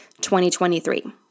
2023